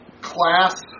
class